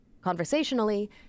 conversationally